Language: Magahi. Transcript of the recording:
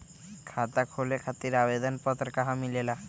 खाता खोले खातीर आवेदन पत्र कहा मिलेला?